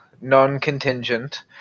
non-contingent